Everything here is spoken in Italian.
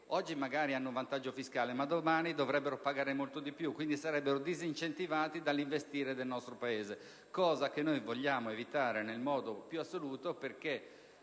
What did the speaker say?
oggi magari hanno un vantaggio fiscale ma domani dovrebbero pagare molto di più, e pertanto sarebbero disincentivati dall'investire nel nostro Paese, cosa che noi vogliamo evitare nel modo più assoluto perché